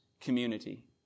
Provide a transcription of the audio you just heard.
community